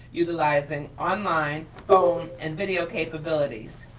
utilizing online and video capabilities.